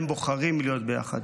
הם בוחרים להיות ביחד.